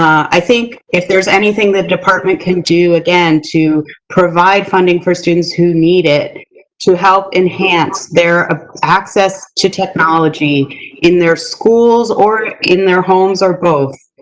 i think if there's anything the department can do, again, to provide funding for students who need it to help enhance their ah access to technology in their schools or in their homes or both,